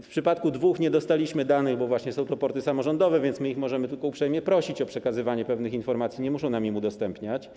W przypadku dwóch nie dostaliśmy danych, bo są to porty samorządowe, więc możemy je tylko uprzejmie prosić o przekazywanie pewnych informacji, nie muszą nam ich udostępniać.